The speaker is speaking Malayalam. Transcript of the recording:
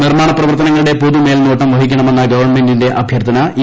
നിർമാണ പ്രവർത്തനങ്ങളുടെ പൊതു മേൽനോട്ടം വഹിക്കണമെന്ന ഗവൺമെന്റിന്റെ അഭ്യർത്ഥന ശ്രീ ഇ